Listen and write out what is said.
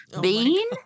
bean